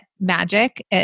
Magic